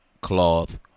cloth